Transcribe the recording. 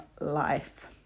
life